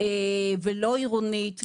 ולא עירונית.